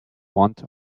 want